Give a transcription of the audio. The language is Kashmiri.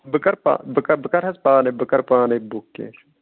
بہٕ کَرٕ پا بہٕ کَرٕ بہٕ کَرٕ حظ پانَے بہٕ کَرٕ پانَے بُک کیٚنٛہہ چھُنہٕ